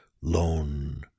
lone